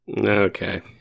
Okay